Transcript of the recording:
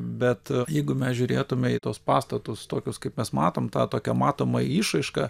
bet jeigu mes žiūrėtume į tuos pastatus tokius kaip mes matom tą tokią matomą išraišką